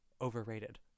overrated